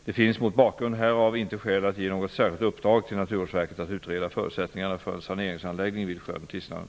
Det finns mot bakgrund härav inte skäl att ge något särskilt uppdrag till Naturvårdsverket att utreda förutsättningarna för en saneringsanläggning vid sjön Tisnaren.